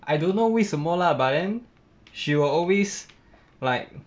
I don't know 为什么 lah but then she will always like